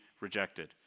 rejected